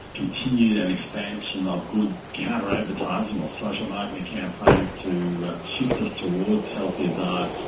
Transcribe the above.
continued and expansion of good counter-advertising or social marketing campaigns to shift us towards healthier diets.